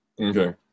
okay